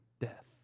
death